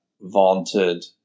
vaunted